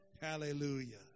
Hallelujah